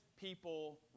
people